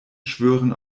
schwören